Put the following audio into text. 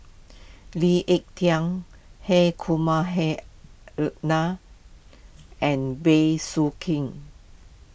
Lee Ek Tieng Hri Kumar Hri Nair and Bey Soo Khiang